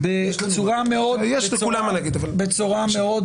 בצורה מאוד